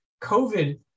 covid